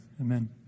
Amen